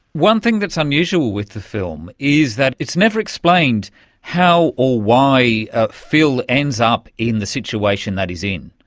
one thing that's unusual with the film is that it's never explained how or why phil ends up in the situation that he is in.